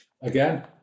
again